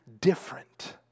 different